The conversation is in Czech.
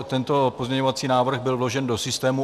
Tento pozměňovací návrh byl vložen do systému.